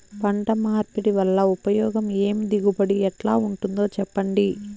పంట మార్పిడి వల్ల ఉపయోగం ఏమి దిగుబడి ఎట్లా ఉంటుందో చెప్పండి?